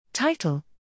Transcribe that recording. Title